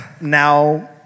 now